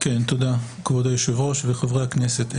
תודה, כבוד היושב-ראש וחברי הכנסת.